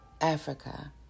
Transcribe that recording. Africa